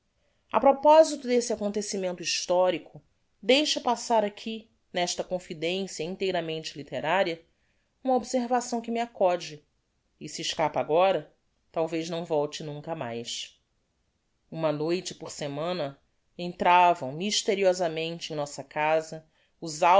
á proposito desse acontecimento historico deixe passar aqui nesta confidencia inteiramente litteraria uma observação que me acode e si escapa agora talvez não volte nunca mais uma noite por semana entravam mysteriosamente em nossa casa os